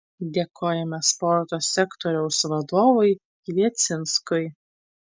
dėkojame sporto sektoriaus vadovui kviecinskui